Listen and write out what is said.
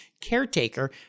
caretaker